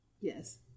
Yes